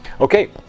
Okay